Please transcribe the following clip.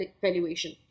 valuation